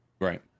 right